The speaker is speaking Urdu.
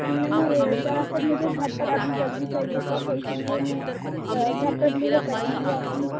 نہیں یہ دراصل مجھے گھر پر ابھی جلدی چاہیے تھا تو اس لیے میں گھر پر ڈلیور کر دیجیے آپ پلیز